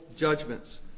Judgments